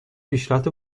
پیشرفت